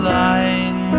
lying